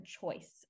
choice